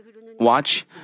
watch